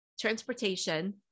transportation